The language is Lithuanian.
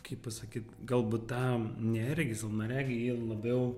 kaip pasakyt galbūt tą neregį silpnaregį jį labiau